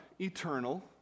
eternal